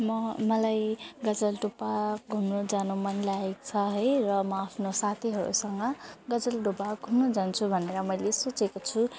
म मलाई गजलडुब्बा घुम्न जान मन लागेको छ है र म आफ्नो साथीहरूसँग गजलडुब्बा घुम्नु जान्छु भनेर मैले सोचेको छु